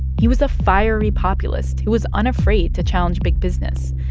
he was a fiery populist who was unafraid to challenge big business,